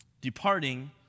Departing